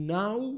now